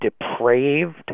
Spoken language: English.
depraved